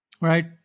Right